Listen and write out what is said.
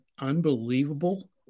unbelievable